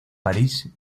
parís